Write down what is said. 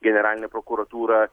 generalinė prokuratūra